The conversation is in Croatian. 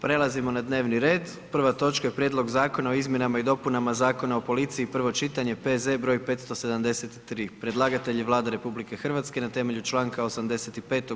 Prelazimo na dnevni red, prva točka je: - Prijedlog Zakona o izmjenama i dopunama Zakona o policiji, prvo čitanje, P.Z. br. 573 Predlagatelj je Vlada Republike Hrvatske na temelju čl. 85.